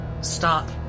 stop